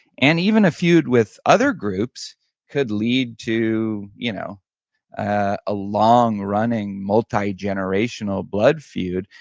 and even a feud with other groups could lead to you know ah a long-running multi-generational blood feud.